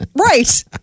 Right